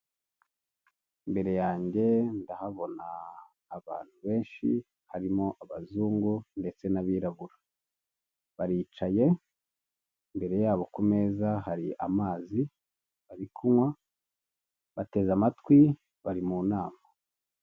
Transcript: Imbere yange ndahabona abantu benshi harimo abazungu, ndetse n'abirabura. Baricaye, imbere ya bo ku meza hari amazi bari kunywa, bateze amatwi bari mu nama.